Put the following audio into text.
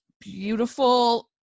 beautiful